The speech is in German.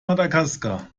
madagaskar